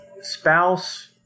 spouse